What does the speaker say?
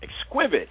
exquisite